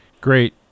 Great